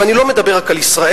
ואני לא מדבר רק על ישראל.